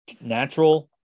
Natural